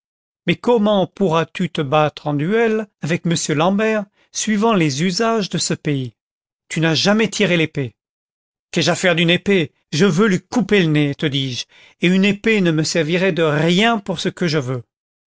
mais comment pourras-tu te battre en duel avec m l'ambert suivant les usages de ce pays tu l'as jamais tiré l'épée content from google book search generated at qu'ai-je à faire d'une épée je veux lui couper le nez te dis-je et une épée ne me servirait de rien pour ce que je veux